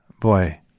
boy